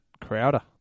Crowder